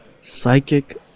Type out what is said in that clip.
Psychic